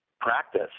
practice